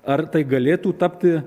ar tai galėtų tapti